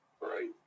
Right